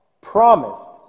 promised